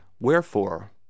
Wherefore